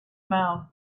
mouth